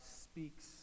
speaks